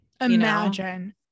Imagine